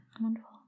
Wonderful